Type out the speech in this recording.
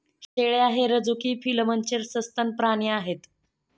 शेळ्या हे रझुकी फिलमचे सस्तन प्राणी आहेत